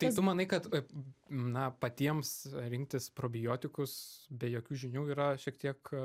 tai tu manai kad na patiems rinktis probiotikus be jokių žinių yra šiek tiek